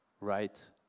right